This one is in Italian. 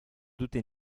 tutte